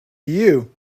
you